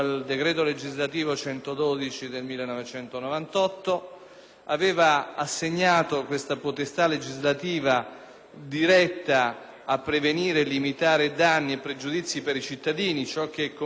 aveva assegnato questa potestà legislativa diretta a prevenire e limitare danni e pregiudizi per i cittadini, ciò che compendia l'attività autorizzatoria delle pubbliche amministrazioni, appunto,